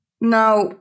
Now